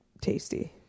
tasty